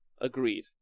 Agreed